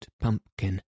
pumpkin